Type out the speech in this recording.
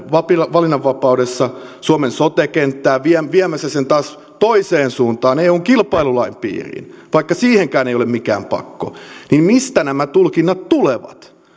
valinnanvapaudessa suomen sote kenttään viemässä sen taas toiseen suuntaan eun kilpailulain piiriin vaikka siihenkään ei ole mikään pakko niin mistä nämä tulkinnat tulevat